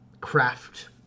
craft